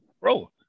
Bro